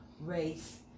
race